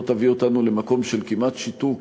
לא תביא אותנו למקום של כמעט שיתוק